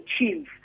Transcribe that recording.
achieve